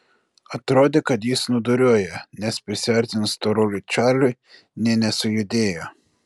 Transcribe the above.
atrodė kad jis snūduriuoja nes prisiartinus storuliui čarliui nė nesujudėjo